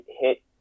hit